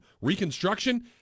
reconstruction